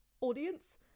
audience